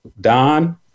don